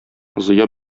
зыя